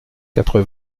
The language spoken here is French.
quatre